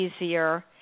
easier